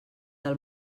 del